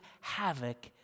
havoc